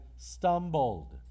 stumbled